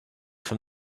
from